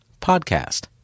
podcast